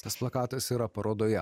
tas plakatas yra parodoje